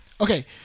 okay